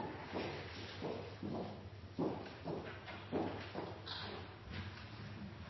på energi og